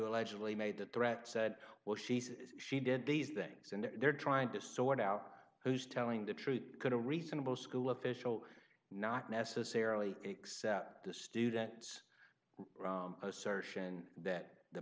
allegedly made that threat said well she says she did these things and they're trying to sort out who's telling the truth could a reasonable school official not necessarily except the student's assertion that the